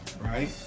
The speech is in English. right